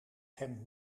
hem